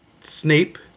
Snape